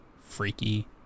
freaky